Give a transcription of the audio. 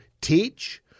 teach